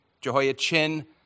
Jehoiachin